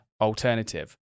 alternative